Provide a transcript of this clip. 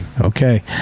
Okay